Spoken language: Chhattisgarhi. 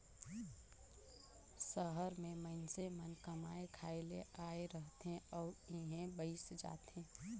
सहर में मइनसे मन कमाए खाए ले आए रहथें अउ इहें बइस जाथें